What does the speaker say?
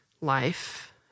life